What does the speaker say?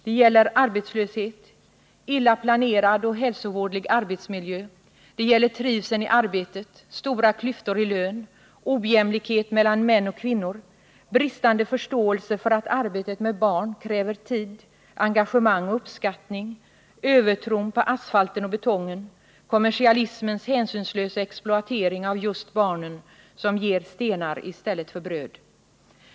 Det gäller arbetslöshet, illa planerad och hälsovådlig arbetsmiljö, trivseln i arbetet, stora klyftor i lön, ojämlikhet mellan män och kvinnor, bristande förståelse för att arbetet med barn kräver tid, engagemang och uppskattning, det gäller övertron på asfalten och betongen, kommersialismens hänsynslösa exploatering av just barnen som ger stenar i stället för bröd.